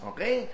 Okay